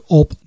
op